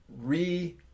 re-